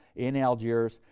in algiers,